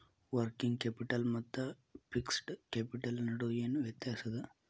Working capital ಮತ್ತ fixed capital ನಡು ಏನ್ ವ್ಯತ್ತ್ಯಾಸದ?